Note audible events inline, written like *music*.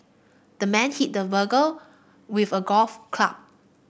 the man hit the *unintelligible* with a golf club